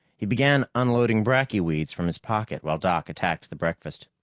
he began unloading bracky weeds from his pocket while doc attacked the breakfast.